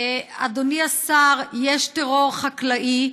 אדוני השר, יש טרור חקלאי,